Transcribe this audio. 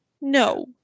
No